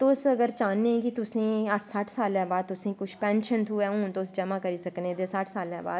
ते तुस अगर चाह्ने कि तुसें सट्ठ सालैं बाद तुसें कुश पैंशन थ्होऐ हून तुस जमां करी सकने ते सट्ठ सालैं बाद